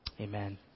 amen